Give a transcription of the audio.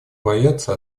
боятся